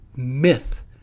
myth